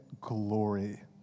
glory